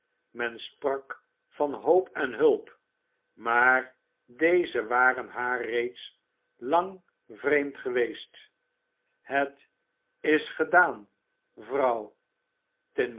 men sprak van hoop en hulp maar dezen waren haar reeds lang vreemd geweest het is gedaan vrouw